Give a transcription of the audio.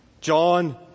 John